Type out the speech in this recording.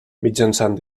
mitjançant